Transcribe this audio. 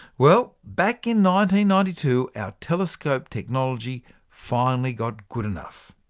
well, back in ninety ninety two, our telescope technology finally got good enough.